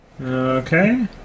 Okay